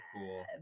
cool